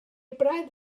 braidd